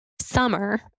summer